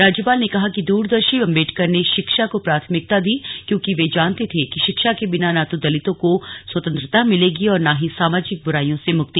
राज्यपाल ने कहा कि दूरदर्शी अंबेडकर ने शिक्षा को प्राथमिकता दी क्योंकि वह जानते थे कि शिक्षा के बिना न तो दलितों को स्वतंत्रता मिलेगी और न ही सामाजिक बुराईयों से मुक्ति